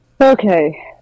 okay